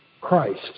Christ